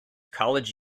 college